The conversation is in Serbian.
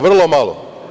Vrlo malo.